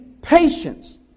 Patience